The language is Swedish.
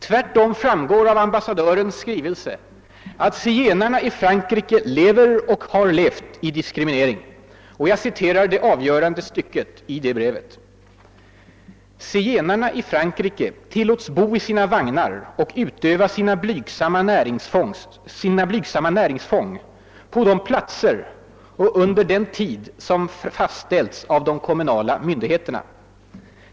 Tvärtom framgår av ambassadörens skrivelse att zigenarna i Frankrike lever och har levt i diskriminering. Jag citerar det avgörande stycket i detta brev: »Zigenarna i Frankrike tillåts bo i sina vagnar och utöva sina blygsamma näringsfång på de platser och under den tid som fastställts av de kommunala myndigheterna.